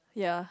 ya